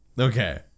Okay